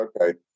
okay